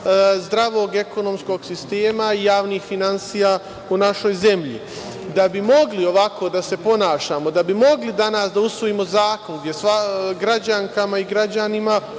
zdravog ekonomskog sistema i javnih finansija u našoj zemlji. Da bi mogli ovako da se ponašamo, da bi mogli danas da usvojimo zakon gde građankama i građanima,